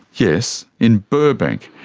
yes. in burbank.